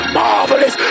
marvelous